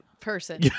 person